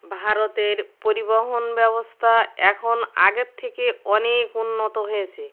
ভারতের পরিবহন ব্যবস্থা এখন আগের থেকে অনেক উন্নত হয়েছে